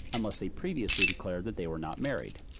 unless they previously declared that they were not married.